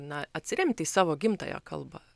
na atsiremti į savo gimtąją kalbą